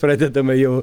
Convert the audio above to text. pradedama jau